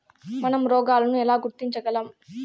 మనం రోగాలను ఎలా గుర్తించగలం?